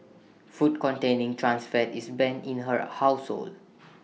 food containing trans fat is banned in her household